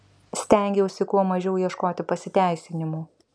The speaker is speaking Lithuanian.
stengiausi kuo mažiau ieškoti pasiteisinimų